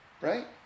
right